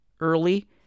early